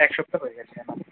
এক সপ্তাহ হয়ে গেছে হ্যাঁ ম্যাম